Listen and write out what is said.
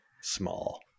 small